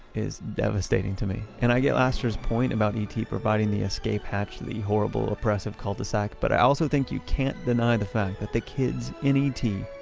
is devastating to me. and i get lassiter's point, about e t. providing the escape hatch to the horrible, oppressive cul-de-sac, but i also think you can't deny the fact that the kids in e t.